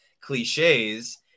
cliches